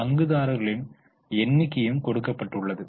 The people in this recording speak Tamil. பங்குதாரர்களின் எண்ணிகையும் கொடுக்கப்படுள்ளது